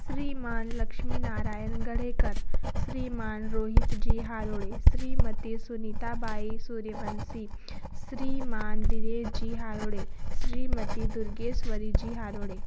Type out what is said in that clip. Shriman Lakshmi Narayan Ghanekar Shriman Rohit ji Harode Shrimati Sunita Bai Suryavanshi Shriman Dinesh ji Harode Shrimati Durgeshwari ji Harode